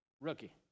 rookie